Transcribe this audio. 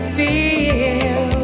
feel